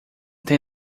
tem